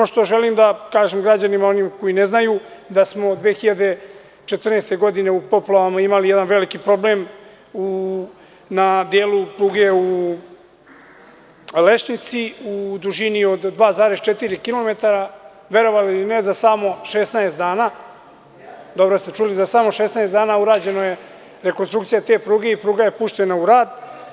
Ono što želim da kažem građanima koji ne znaju da smo 2014. godine u poplavama imali jedan veliki problem na delu pruge u Lešnici u dužini do 2,4 km, verovali ili ne za samo 16 dana, dobro ste čuli za samo 16 dana urađena je rekonstrukcija te pruge i pruga je puštena u rad.